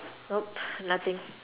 nope nothing